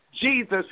Jesus